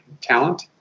talent